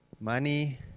Money